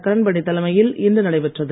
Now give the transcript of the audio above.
கிரண்பேடி தலைமையில் இன்று நடைபெற்றது